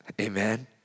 Amen